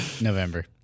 November